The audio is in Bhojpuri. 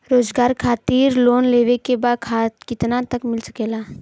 रोजगार खातिर लोन लेवेके बा कितना तक मिल सकेला?